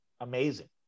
amazing